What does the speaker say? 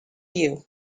you